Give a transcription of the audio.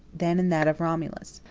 than in that of romulus.